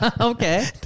Okay